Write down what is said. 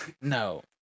No